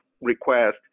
request